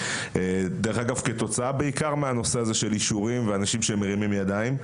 דרך אגב כתוצאה בעיקר מהנושא הזה של אישורים ועל אנשים שמרימים ידיים,